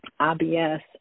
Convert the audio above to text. IBS